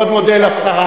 אני מאוד מודה לשרה.